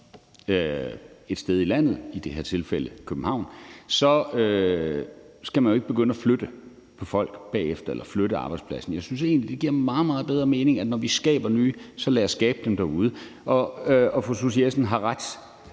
et sted i landet, i det her tilfælde København, skal begynde at flytte folk bagefter eller flytte arbejdspladsen. Jeg synes egentlig, det giver meget, meget bedre mening, at når vi skaber nye, skaber vi dem derude. Fru Susie Jessen har ret.